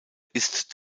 ist